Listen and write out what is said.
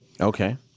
Okay